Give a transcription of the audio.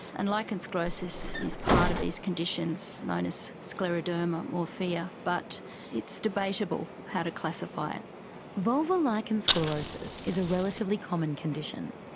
and lichen sclerosus is a part of these conditions known as scleroderma morphea, but it's debatable how to classify it. vulvar lichen sclerosus is a relatively common condition.